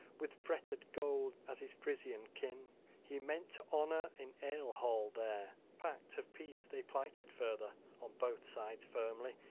with fretted gold, as his frisian kin he meant to honor in ale-hall there. pact of peace they plighted further on both sides firmly.